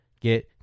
get